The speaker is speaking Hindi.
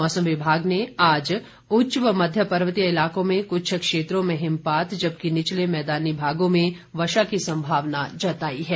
मौसम विभाग ने आज उच्च व मध्य पर्वतीय इलाकों में कुछ क्षेत्रों में हिमपात जबकि निचले मैदानी भागों में वर्षा की संभावना जताई है